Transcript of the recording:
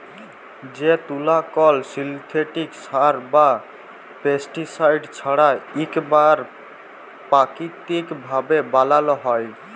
যে তুলা কল সিল্থেটিক সার বা পেস্টিসাইড ছাড়া ইকবারে পাকিতিক ভাবে বালাল হ্যয়